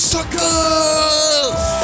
Suckers